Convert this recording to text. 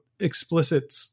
explicit